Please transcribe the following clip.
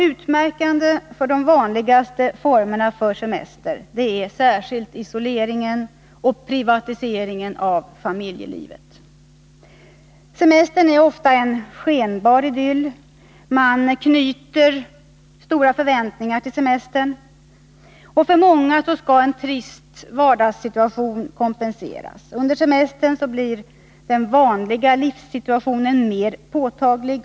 Utmärkande för de vanligaste formerna av semester är särskilt isoleringen och privatiseringen av familjelivet. Semestern är ofta en skenbar idyll. Det knyts stora förhoppningar till semestern, och för många skall en trist vardagssituation kompenseras. Under semestern blir den vanliga livssituationen mer påtaglig.